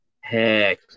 Heck